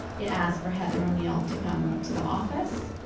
it asked for heather o'neill to come to the office,